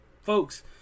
folks